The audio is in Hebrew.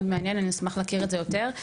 מאוד מעניין, אני אשמח להכיר את זה יותר.